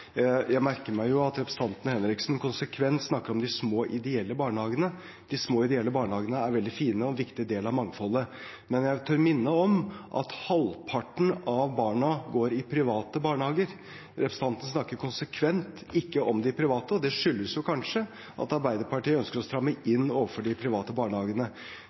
Jeg merker meg jo at representanten Henriksen konsekvent snakker om de små, ideelle barnehagene. De små, ideelle barnehagene er veldig fine og en viktig del av mangfoldet, men jeg tør minne om at halvparten av barna går i private barnehager. Representanten snakker konsekvent ikke om de private, og det skyldes kanskje at Arbeiderpartiet ønsker å stramme inn overfor de private barnehagene.